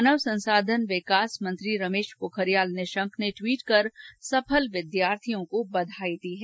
मानव संसाधन विकास मंत्री रमेश पोखरियाल निशंक ने ट्वीट कर सफल विद्यार्थियों को बधाई दी है